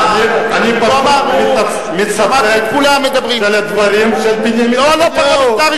אני מצטט את הדברים של בנימין נתניהו.